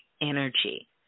energy